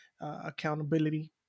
accountability